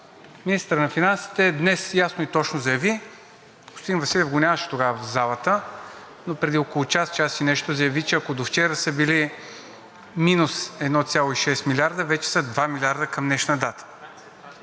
Министърът на финансите днес ясно и точно заяви, господин Василев го нямаше тогава в залата, но преди около час, час и нещо заяви, че ако до вчера са били минус 1,6 млрд., вече са 2 млрд. към днешна дата.